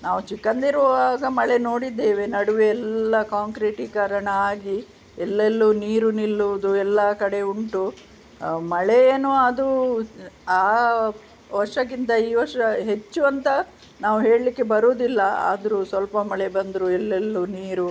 ನಾವು ಚಿಕ್ಕಂದಿರುವಾಗ ಮಳೆ ನೋಡಿದ್ದೇವೆ ನಡುವೆ ಎಲ್ಲಾ ಕಾಂಕ್ರೀಟಿಕರಣ ಆಗಿ ಎಲ್ಲೆಲ್ಲೂ ನೀರು ನಿಲ್ಲುವುದು ಎಲ್ಲಾ ಕಡೆ ಉಂಟು ಮಳೆ ಏನು ಅದು ಆ ವರ್ಷಕ್ಕಿಂತ ಈ ವರ್ಷ ಹೆಚ್ಚು ಅಂತ ನಾವು ಹೇಳಲಿಕ್ಕೆ ಬರುದಿಲ್ಲ ಆದರೂ ಸ್ವಲ್ಪ ಮಳೆ ಬಂದರೂ ಎಲ್ಲೆಲ್ಲೂ ನೀರು